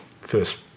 first